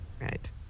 Right